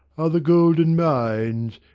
are the golden mines,